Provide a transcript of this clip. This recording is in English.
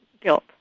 guilt